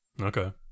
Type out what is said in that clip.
Okay